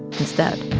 instead